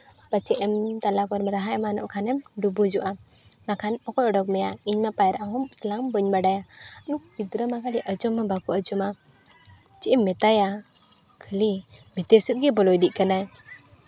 ᱯᱟᱪᱮᱫ ᱮᱢ ᱛᱟᱞᱟ ᱠᱚᱨᱮᱢ ᱨᱟᱦᱟ ᱮᱢᱟᱱᱚᱜ ᱠᱷᱟᱱᱮᱢ ᱰᱩᱵᱩᱡᱚᱜᱼᱟ ᱵᱟᱠᱷᱟᱱ ᱚᱠᱚᱭ ᱚᱰᱚᱠ ᱢᱮᱭᱟ ᱤᱧ ᱢᱟ ᱯᱟᱭᱨᱟᱜ ᱦᱚᱸ ᱛᱟᱞᱟᱝ ᱵᱟᱹᱧ ᱵᱟᱰᱟᱭᱟ ᱱᱩᱠᱩ ᱜᱤᱫᱽᱨᱟᱹ ᱢᱟ ᱠᱷᱟᱹᱞᱤ ᱟᱡᱚᱢ ᱢᱟ ᱵᱟᱠᱚ ᱟᱡᱚᱢᱟ ᱪᱮᱫ ᱮᱢ ᱢᱮᱛᱟᱭᱟ ᱠᱷᱟᱹᱞᱤ ᱵᱷᱤᱛᱤᱨ ᱥᱮᱫ ᱜᱮᱭ ᱵᱚᱞᱚ ᱤᱫᱚᱜ ᱠᱟᱱᱟᱭ